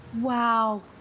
Wow